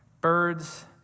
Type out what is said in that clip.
Birds